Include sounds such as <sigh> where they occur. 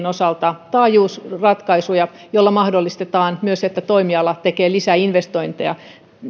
<unintelligible> osalta taajuusratkaisuja joilla mahdollistetaan myös että toimiala tekee lisäinvestointeja